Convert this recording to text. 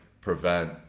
prevent